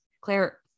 Claire